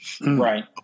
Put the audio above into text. right